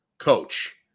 coach